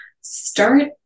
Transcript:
Start